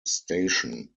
station